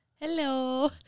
Hello